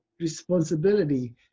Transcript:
responsibility